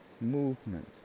Movement